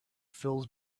fills